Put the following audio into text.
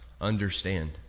understand